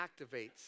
activates